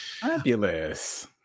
fabulous